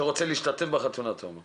כל מי שרוצה להשתתף בחתונה אתה אומר?